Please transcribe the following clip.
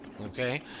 okay